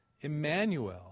Emmanuel